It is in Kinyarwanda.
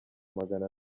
amagana